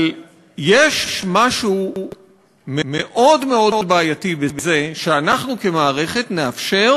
אבל יש משהו מאוד מאוד בעייתי בזה שאנחנו כמערכת נאפשר